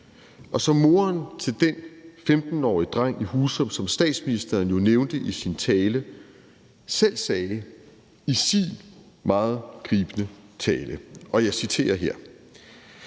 Og som moderen til den 15-årige dreng i Husum, som statsministeren jo nævnte i sin tale, selv sagde i sin meget gribende tale: »Og vi må